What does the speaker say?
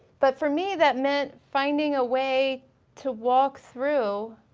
but for me that meant finding a way to walk through